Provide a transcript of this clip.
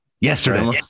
Yesterday